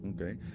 Okay